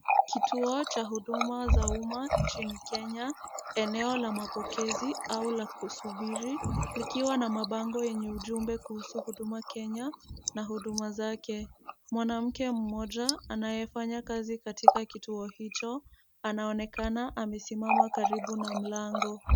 Kituo cha huduma za umma nchini Kenya. Eneo la mapokezi au la kusubiri likiwa na mabango yenye ujumbe kuhusu Huduma Kenya na huduma zake. Mwanamke mmoja anayefanya kazi katika kituo hicho anaonekana amesimama karibu na mlango.